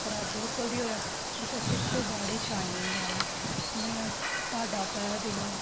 ਖਰਾਬ ਬਿਲਕੁਲ ਨਹੀਂ ਹੋਇਆ ਦੁਪੱਟੇ 'ਚ ਤਾਂ ਬਾਹਲੀ ਸ਼ਾਈਨਿੰਗ ਆ ਨਾ ਮੈਂ ਤੁਹਾਡਾ ਤਹਿ ਦਿਲੋਂ